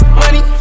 money